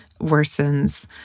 worsens